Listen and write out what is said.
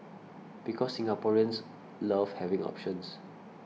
because Singaporeans love having options